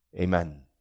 Amen